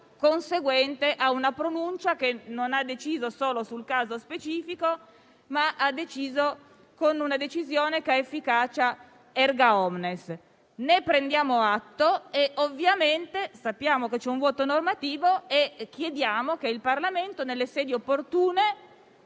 conseguente a una pronuncia che non ha deciso solo sul caso specifico, ma che ha efficacia *erga omnes*. Ne prendiamo atto, sappiamo che c'è un vuoto normativo e crediamo che il Parlamento, nelle sedi opportune